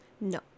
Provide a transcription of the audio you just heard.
No